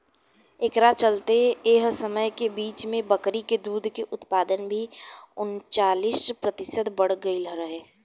एकरा चलते एह समय के बीच में बकरी के दूध के उत्पादन भी उनचालीस प्रतिशत बड़ गईल रहे